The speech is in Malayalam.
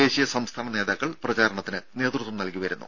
ദേശീയ സംസ്ഥാന നേതാക്കൾ പ്രചാരണത്തിന് നേത്വത്വം നൽകി വരുന്നു